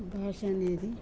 భాష అనేది